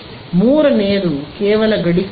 ಮೂರನೆಯದು ಕೇವಲ ಗಡಿ ಸ್ಥಿತಿ